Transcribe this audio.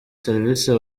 servisi